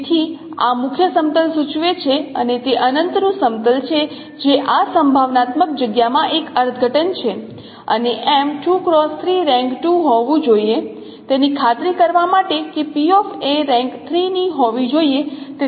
તેથી આ મુખ્ય સમતલ સૂચવે છે અને તે અનંત નું સમતલ છે જે આ સંભાવનાત્મક જગ્યામાં એક અર્થઘટન છે અને રેન્ક 2 હોવું જોઈએ તેની ખાતરી કરવા માટે કે રેન્ક 3 ની હોવી જોઈએ